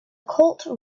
colt